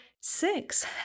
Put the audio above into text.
Six